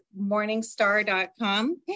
morningstar.com